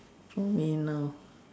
for me now